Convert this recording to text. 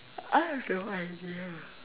I have no idea